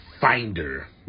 finder